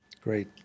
Great